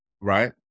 Right